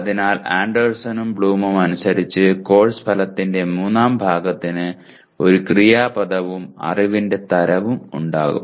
അതിനാൽ ആൻഡേഴ്സണും ബ്ലൂമും അനുസരിച്ച് കോഴ്സ് ഫലത്തിന്റെ മൂന്നാം ഭാഗത്തിന് ഒരു ക്രിയാപദവും അറിവിന്റെ തരവും ഉണ്ടാകും